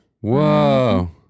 Whoa